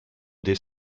des